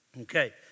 Okay